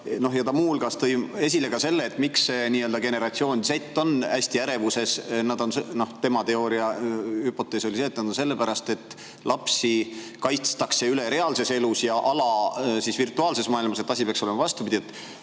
Ja ta muu hulgas tõi esile ka selle, miks see nii-öelda generatsioon Z on suures ärevuses. Tema teooria, hüpotees oli see, et nad on ärevuses sellepärast, et lapsi kaitstakse reaalses elus üle ja virtuaalses maailmas ala. Asi peaks olema vastupidi.